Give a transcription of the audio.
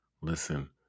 listen